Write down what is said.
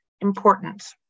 important